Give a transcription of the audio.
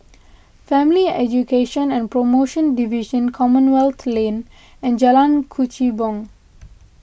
Family Education and Promotion Division Commonwealth Lane and Jalan Kechubong